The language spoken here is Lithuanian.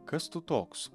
kas tu toks